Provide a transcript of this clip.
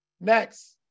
Next